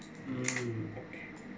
mm